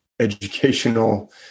educational